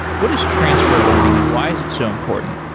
what is transfer learning and why is it so important?